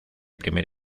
primer